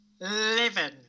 living